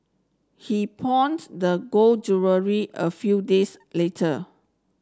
he pawned the gold jewellery a few days later